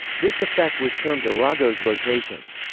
this effect was termed arago's rotations.